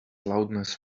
loudness